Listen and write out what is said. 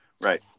right